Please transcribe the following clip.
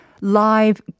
Live